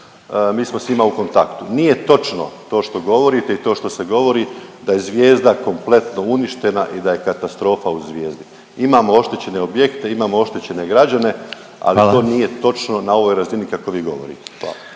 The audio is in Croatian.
mi smo s njima u kontaktu. Nije točno to što govorite i to što se govori da je Zvijezda kompletno uništena i da je katastrofa u Zvijezdi. Imamo oštećene objekte, imamo oštećene građane… .../Upadica: Hvala./... ali to nije točno, na ovoj razini kako bi govorite. Hvala.